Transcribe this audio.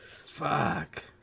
Fuck